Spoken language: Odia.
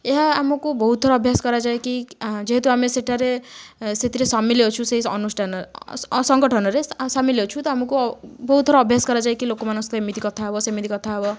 ଏହା ଆମକୁ ବହୁତଥର ଅଭ୍ୟାସ କରାଯାଏ କି ଯେହେତୁ ଆମେ ସେଠାରେ ସେଥିରେ ସାମିଲ ଅଛୁ ସେଇ ଅନୁଷ୍ଠାନ ସଂଗଠନରେ ସାମିଲ ଅଛୁ ତ ଆମୁକୁ ବହୁତ ଥର ଅଭ୍ୟାସ କରାଯାଏ କି ଲୋକମାନଙ୍କ ସହିତ ଏମିତି କଥାହବ ସେମିତି କଥାହବ